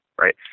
right